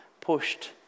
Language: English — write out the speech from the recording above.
pushed